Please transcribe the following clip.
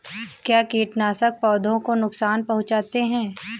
क्या कीटनाशक पौधों को नुकसान पहुँचाते हैं?